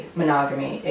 monogamy